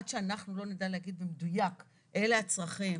עד שאנחנו לא נדע להגיד במדויק אלה הצרכים,